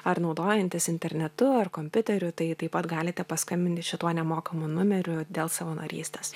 ar naudojantis internetu ar kompiuteriu tai taip pat galite paskambinti šituo nemokamu numeriu dėl savanorystės